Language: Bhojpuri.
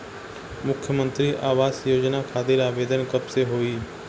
मुख्यमंत्री आवास योजना खातिर आवेदन कब से होई?